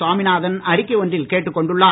சுவாமிநாதன் அறிக்கை ஒன்றில் கேட்டுக் கொண்டுள்ளார்